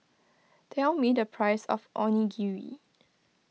tell me the price of Onigiri